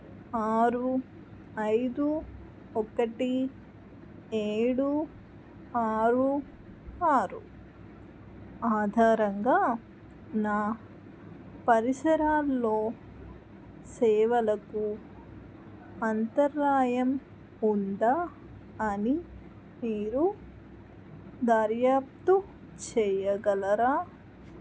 ఆరు ఐదు ఒకటి ఏడు ఆరు ఆరు ఆధారంగా నా పరిసరాల్లో సేవలకు అంతరాయం ఉందా అని మీరు దర్యాప్తు చెయ్యగలరా